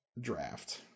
draft